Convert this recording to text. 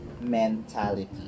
mentality